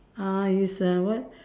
uh is a what